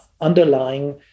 underlying